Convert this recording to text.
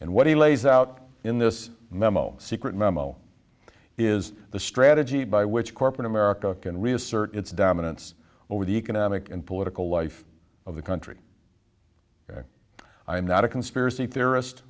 and what he lays out in this memo secret memo is the strategy by which corporate america can reassert its dominance over the economic and political life of the country i am not a conspiracy theorist